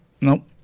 no